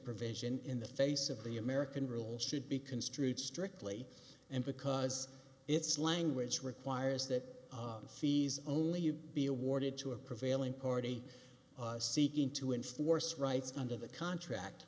provision in the face of the american rule should be construed strictly and because its language requires that fees only be awarded to a prevailing party seeking to enforce rights under the contract